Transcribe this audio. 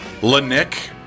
Lenick